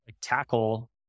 tackle